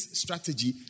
strategy